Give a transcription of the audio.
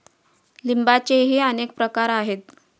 लिंबाचेही अनेक प्रकार आहेत